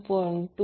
2